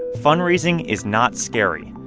fundraising is not scary.